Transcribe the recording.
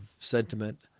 sentiment